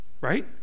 right